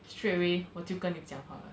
straightaway 我就跟你讲话了